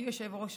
חברת